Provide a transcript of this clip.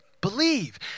believe